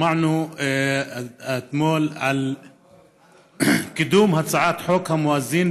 שמענו אתמול על קידום הצעת חוק המואזין,